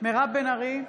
מירב בן ארי,